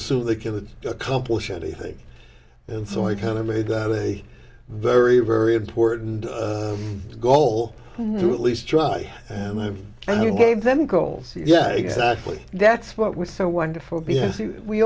assume they can accomplish anything and so i kind of made that a very very important goal to at least try and i have and you gave them goals yeah exactly that's what was so wonderful